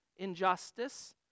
Injustice